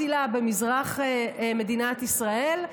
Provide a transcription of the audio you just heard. מסילה במזרח מדינת ישראל,